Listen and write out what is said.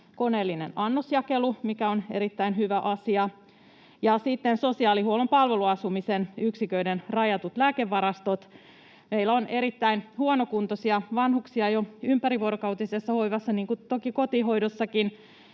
koneellinen annosjakelu, mi-kä on erittäin hyvä asia. Ja sitten sosiaalihuollon palveluasumisen yksiköiden rajatut lääkevarastot: Meillä on jo erittäin huonokuntoisia vanhuksia ympärivuorokautisessa hoivassa, niin kuin toki kotihoidossakin,